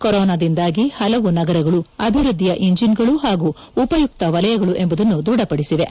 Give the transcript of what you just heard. ಕೊರೋನಾದಿಂದಾಗಿ ಹಲವು ನಗರಗಳು ಅಭಿವೃದ್ಧಿಯ ಇಂಜಿನ್ಗಳು ಹಾಗೂ ಉಪಯುಕ್ತ ವಲಯಗಳು ಎಂಬುದನ್ನು ದೃಢಪಡಿಸಿವೆ